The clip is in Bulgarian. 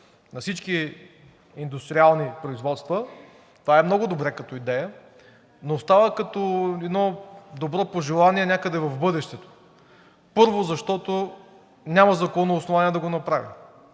на всички индустриални производства – това е много добре като идея, но остава като едно добро пожелание някъде в бъдещето. Първо, защото няма законово основание да го направи.